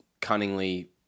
cunningly